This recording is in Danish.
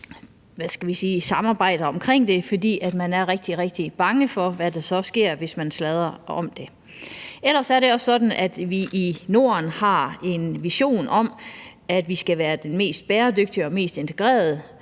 samarbejde om det, fordi man er rigtig bange for, hvad der sker, hvis man sladrer om det. Det er også sådan, at vi i Norden har en vision om, at vi skal være den mest bæredygtige og mest integrerede